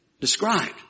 described